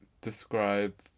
describe